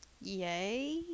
yay